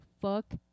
fuck